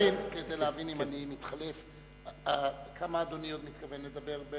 להבין אם אני מתחלף, כמה אדוני עוד מתכוון לדבר?